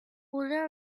although